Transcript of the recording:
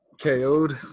KO'd